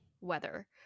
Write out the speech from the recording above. weather